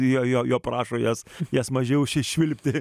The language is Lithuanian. jo prašo jas jas mažiau išsišvilpti